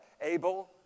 Abel